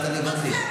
כן,